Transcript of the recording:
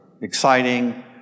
exciting